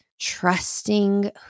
trusting